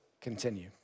continue